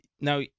Now